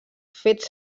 fets